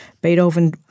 Beethoven